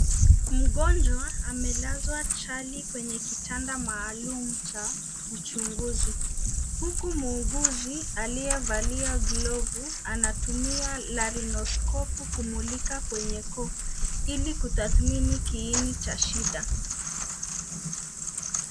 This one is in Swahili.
Mgonjwa amelazwa chali kwenye kitanda maalum cha uchunguzi. Huku muuguzi aliyevalia glovu anatumia larinoskopu kumulika kwenye koo, ili kutathmini kiini cha shida.